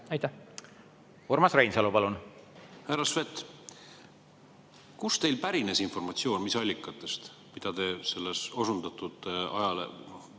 Aitäh